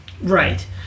Right